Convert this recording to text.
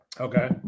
Okay